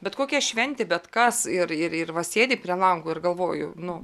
bet kokią šventę bet kas ir ir ir va sėdi prie lango ir galvoju nu